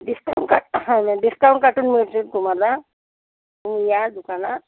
discount का हां ना डिस्काउंट काटून मिळतील तुम्हाला तुम्ही या दुकानात